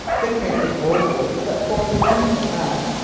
the crinkly ovals that form the brim of the hat,